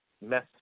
mess